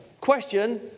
question